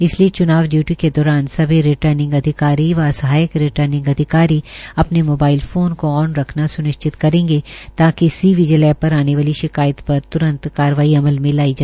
इसलिए चूनाव डय्टी के दौरान सभी रिटर्निंग अधिकारी व सहायक रिटर्निंग अधिकारी अपने मोबाईल फोन को ऑन रखना स्निश्चित करेंगे ताकि सीविजिल एप पर आने वाली शिकायत पर त्रंत कार्रवाई अमल में लाई जा सके